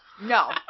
No